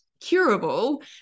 curable